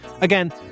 Again